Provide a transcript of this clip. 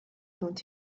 don’t